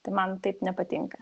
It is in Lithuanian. tai man taip nepatinka